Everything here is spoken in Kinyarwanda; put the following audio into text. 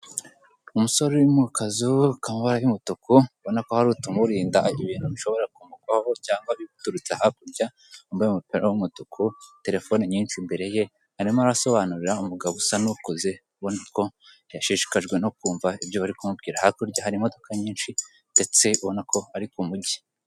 Umusore uri mu kazu k'amabara y'umutuku ubona ko hari utumirinda ibintu bishobora ku mugwaho cyangwa biturutse hakurya wambaye umupira w'umutuku, telefone nyinshi imbere ye, arimo arasobanura umugabo usa n'ukuze ubona ko yashishikajwe no kumva ibyo bari kumubwira, hakurya hari imodoka nyinshi ndetse ubona ko ari ku mujyi.